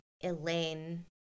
Elaine